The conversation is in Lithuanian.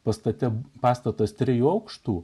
pastate pastatas trijų aukštų